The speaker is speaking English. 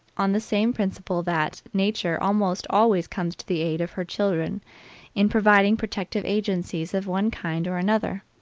on the same principle that nature almost always comes to the aid of her children in providing protective agencies of one kind or another,